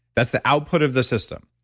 that's the output of the system